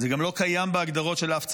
זה גם לא קיים בהגדרות של אף צבא.